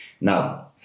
Now